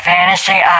Fantasy